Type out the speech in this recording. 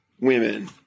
women